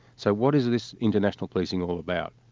so what is this international policing all about?